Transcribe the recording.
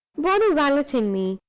bother valeting me!